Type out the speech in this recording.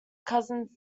cousin